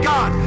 God